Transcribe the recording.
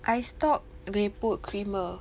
Ice Talk they put creamer